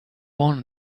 won